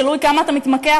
תלוי כמה אתה מתמקח,